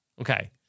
Okay